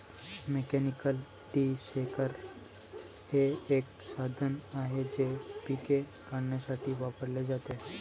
mechanical tree shaker हे एक साधन आहे जे पिके काढण्यासाठी वापरले जाते